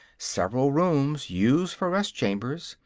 several rooms used for rest chambers,